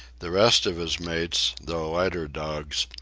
the rest of his mates, though lighter dogs,